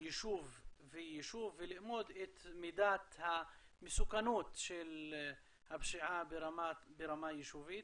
יישוב ויישוב ולאמוד את מידת המסוכנות של הפשיעה ברמה יישובית.